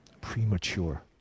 premature